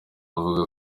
avuga